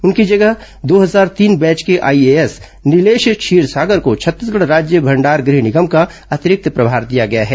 उनकी जगह दो हजार तीन बैच के आईएएस नीलेश क्षीरसागर को छत्तीसगढ़ राज्य भंडार गृह निगम का अतिरिक्त प्रभार दिया गया है